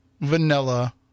Vanilla